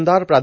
आमदार प्रा